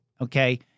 okay